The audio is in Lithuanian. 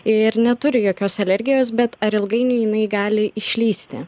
ir neturi jokios alergijos bet ar ilgainiui jinai gali išlįsti